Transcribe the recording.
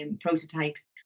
prototypes